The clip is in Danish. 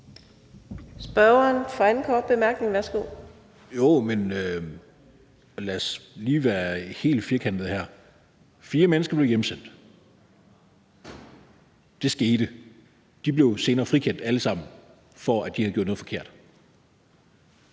Spørgeren for sin anden korte bemærkning. Værsgo. Kl. 14:04 Steffen Larsen (LA): Lad os lige være helt firkantede her. Fire mennesker blev hjemsendt. Det skete. De blev senere alle sammen frikendt for, at de havde gjort noget forkert.